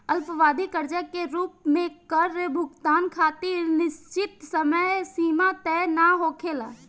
अल्पअवधि कर्जा के रूप में कर भुगतान खातिर निश्चित समय सीमा तय ना होखेला